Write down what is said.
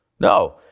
No